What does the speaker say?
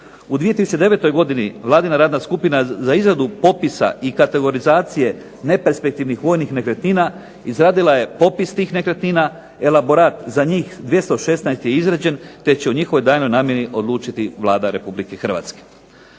U 2009. godini Vladina radna skupina za izradu popisa i kategorizacije neperspektivnih vojnih nekretnina izradila je popis tih nekretnina, elaborat za njih 216 je izrađen, te će o njihovoj daljnjoj namjeni odlučiti Vlada Republike Hrvatske.